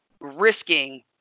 risking